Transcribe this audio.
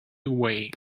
away